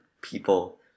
people